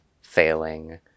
failing